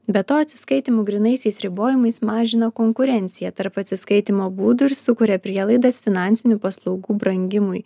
be to atsiskaitymų grynaisiais ribojimais mažina konkurenciją tarp atsiskaitymo būdų ir sukuria prielaidas finansinių paslaugų brangimui